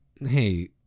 hey